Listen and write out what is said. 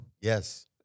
Yes